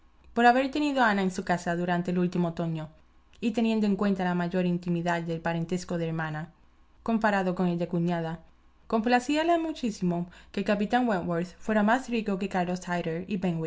por haber tenido a ana en su casa durante el último otoño y teniendo en cuenta la mayor intimidad del parentesco de hermana comparado con el de cuñada complacíala muchísimo que el capitán wentworth fuese más rico que